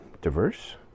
diverse